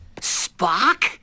Spock